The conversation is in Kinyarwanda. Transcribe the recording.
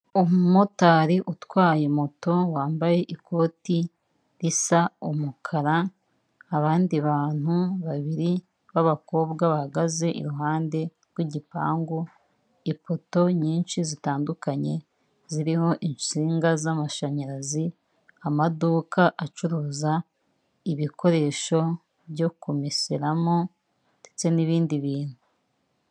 Umumotari utwaye moto wambaye ikoti risa umukara, abandi bantu babiri b'abakobwa bahagaze iruhande rw'igipangu, ipoto nyinshi zitandukanye ziriho insinga z'mashanyarazi, amaduka acuruza ibikoresho byo kumeseramo ndetse nibindi bintu.